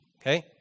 Okay